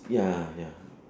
ya ya